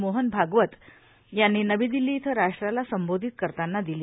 मोहन भागवत यांनी नवी दिल्ली इथं राष्ट्राला संबोधित करताना म्हणाले